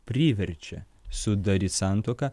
priverčia sudaryt santuoką